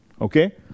okay